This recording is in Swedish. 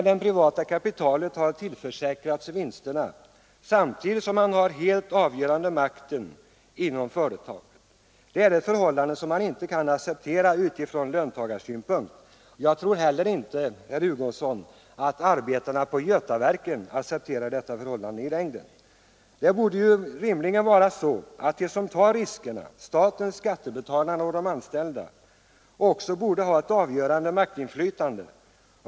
Det privata kapitalet har tillförsäkrats vinsterna, samtidigt som det har den helt avgörande makten inom företaget. Detta förhållande kan inte accepteras från löntagarsynpunkt. Jag tror inte heller, herr Hugosson, att arbetarna på Götaverken i längden accepterar detta sakernas tillstånd. De som tar riskerna — staten, skattebetalarna och de anställda — borde uppenbarligen ha ett avgörande maktinflytande.